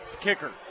kicker